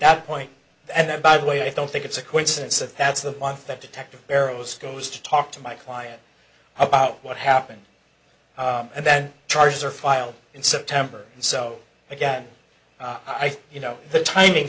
that point and that by the way i don't think it's a coincidence that that's the month that detective barrows goes to talk to my client about what happened and then charges are filed in september so again i think you know the timing